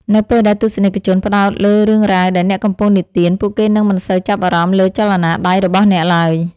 នៅពេលដែលទស្សនិកជនផ្តោតលើរឿងរ៉ាវដែលអ្នកកំពុងនិទាន ពួកគេនឹងមិនសូវចាប់អារម្មណ៍លើចលនាដៃរបស់អ្នកឡើយ។